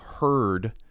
heard